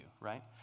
right